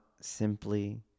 simply